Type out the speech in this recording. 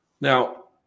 Now